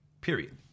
Period